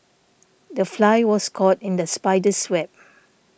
the fly was caught in the spider's web